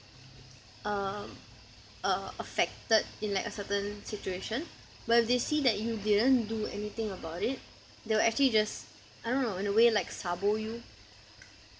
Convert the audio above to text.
um uh affected in like a certain situation where if they see that you didn't do anything about it they will actually just I don't know in a way like sabo you